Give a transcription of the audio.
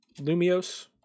Lumios